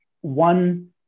one